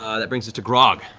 um that brings us to grog.